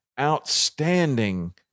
outstanding